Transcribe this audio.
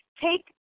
take